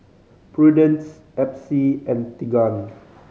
Prudence Epsie and Tegan